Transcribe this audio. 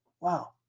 Wow